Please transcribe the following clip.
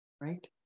Right